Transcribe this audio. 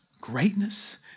greatness